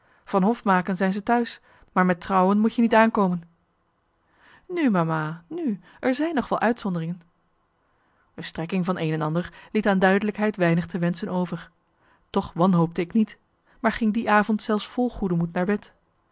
van hofmaken zijn ze t'huis maar met trouwen moet je niet aankomen nu mama nu er zijn nog wel uitzonderingen de strekking van een en ander liet aan duidelijkheid weinig te wenschen over toch wanhoopte ik niet maar ging die avond zelfs vol goede moed naar bed